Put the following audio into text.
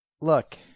look